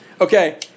Okay